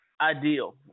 ideal